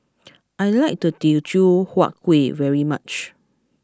I like Teochew Huat Kueh very much